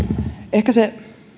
ehkä se